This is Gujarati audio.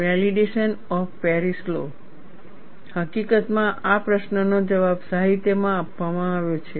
વેલીડેશન ઓફ પેરિસ લૉ હકીકતમાં આ પ્રશ્નનો જવાબ સાહિત્યમાં આપવામાં આવ્યો છે